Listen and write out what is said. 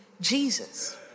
Jesus